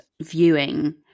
viewing